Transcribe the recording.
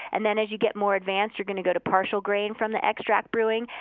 and then as you get more advanced, you're going to go to partial grain from the extract brewing,